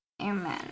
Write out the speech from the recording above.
Amen